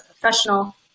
professional